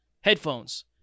headphones